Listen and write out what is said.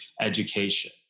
education